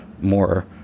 more